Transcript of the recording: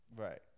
Right